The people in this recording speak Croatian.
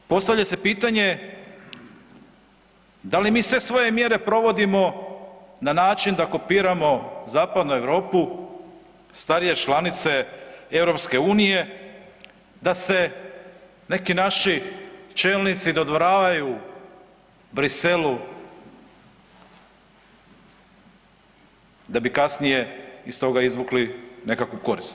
Nažalost, postavlja se pitanje da li mi sve svoje mjere provodimo na način da kopiramo Zapadnu Europu, starije članice EU, da se neki naši čelnici dodvoravaju Bruxellesu da bi kasnije iz toga izvukli neku korist?